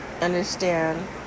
understand